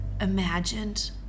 imagined